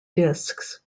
discs